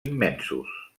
immensos